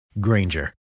Granger